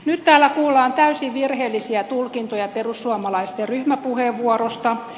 nyt täällä kuullaan täysin virheellisiä tulkintoja perussuomalaisten ryhmäpuheenvuorosta